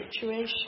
situation